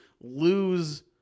lose